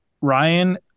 ryan